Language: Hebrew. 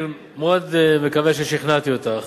אני מאוד מקווה ששכנעתי אותך,